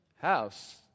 house